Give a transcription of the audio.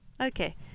Okay